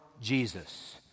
Jesus